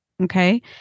Okay